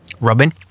Robin